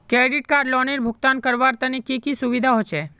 Credit card लोनेर भुगतान करवार तने की की सुविधा होचे??